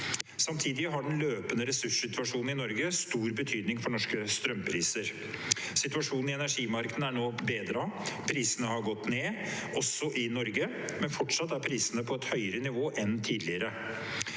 Samtidig har den løpende ressurssituasjonen i Norge stor betydning for norske strømpriser. Situasjonen i energimarkedene er nå bedret. Prisene har gått ned, også i Norge, men fortsatt er prisene på et høyere nivå enn tidligere.